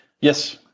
Yes